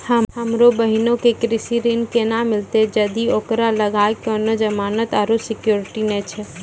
हमरो बहिनो के कृषि ऋण केना मिलतै जदि ओकरा लगां कोनो जमानत आरु सिक्योरिटी नै छै?